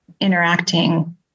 interacting